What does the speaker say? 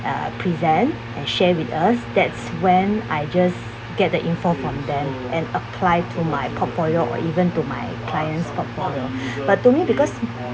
uh present and share with us that's when I just get the info from them and apply to my portfolio or even to my clients portfolio but to me because